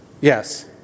Yes